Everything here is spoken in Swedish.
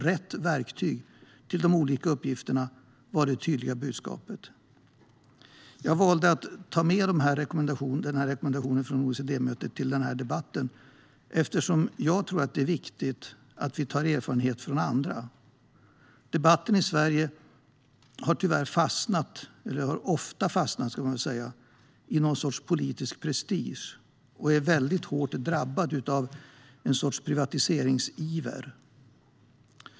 Rätt verktyg till de olika uppgifterna var det tydliga budskapet. Jag valde att ta med denna rekommendation från OECD-mötet till denna debatt, eftersom jag tror att det är viktigt att vi tar till oss erfarenhet från andra. Debatten i Sverige har tyvärr ofta fastnat i någon sorts politisk prestige och är mycket hårt drabbad av en sorts privatiseringsiver.